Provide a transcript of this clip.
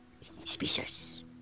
suspicious